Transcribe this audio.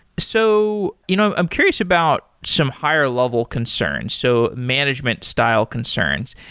so you know i'm curious about some higher-level concerns so management style concerns.